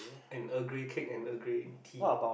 and Earl Grey cake and Earl Grey tea